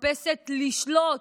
מחפשת לשלוט.